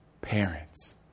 parents